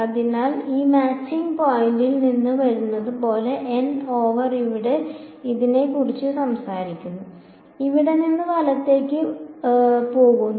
അതിനാൽ ഇത് മാച്ചിംഗ് പോയിന്റിൽ നിന്ന് വരുന്നതുപോലെയാണ് n ഓവർ ഇവിടെ ഇതിനെ കുറിച്ച് സംസാരിക്കുന്നു ഇവിടെ നിന്ന് വലത്തേക്ക് വലത്തോട്ട് പോകുന്നു